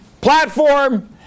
platform